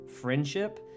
friendship